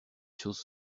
choses